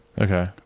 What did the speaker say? Okay